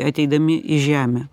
ateidami į žemę